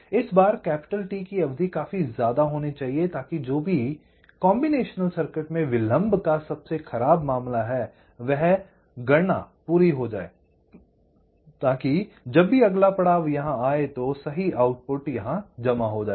और इस बार T की अवधि काफी ज्यादा होनी चाहिए ताकि जो भी कॉम्बिनेशनल सर्किट में विलम्भ का सबसे खराब मामला है वह गणना पूरी हो जाए ताकि जब भी अगला पड़ाव यहां आए तो सही आउटपुट यहां जमा हो जाए